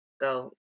go